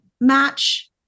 match